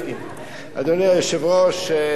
אדוני היושב-ראש, תודה רבה.